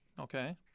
Okay